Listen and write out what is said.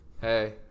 Hey